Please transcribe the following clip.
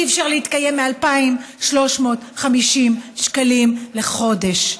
אי-אפשר להתקיים מ-2,350 שקלים לחודש.